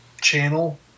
channel